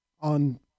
On